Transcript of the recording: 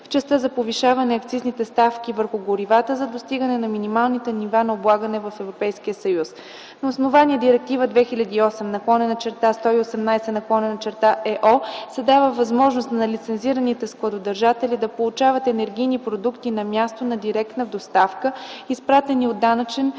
в частта за повишаване акцизните ставки върху горивата за достигане на минималните нива на облагане в Европейския съюз. На основание Директива 2008/118/ЕО се дава възможност на лицензираните складодържатели да получават енергийни продукти на място на директна доставка, изпратени от данъчен